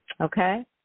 Okay